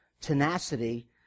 tenacity